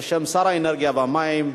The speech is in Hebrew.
בשם שר האנרגיה והמים,